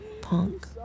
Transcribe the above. punk